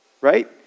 right